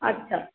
আচ্ছা